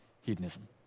hedonism